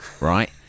right